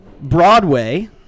Broadway